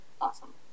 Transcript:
Awesome